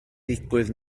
ddigwydd